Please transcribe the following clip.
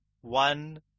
one